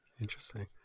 interesting